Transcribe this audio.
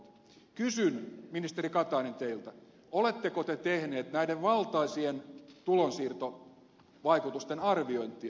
kysyn ministeri katainen teiltä oletteko te tehneet näiden valtaisien tulonsiirtovaikutusten arviointia